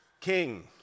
King